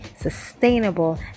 sustainable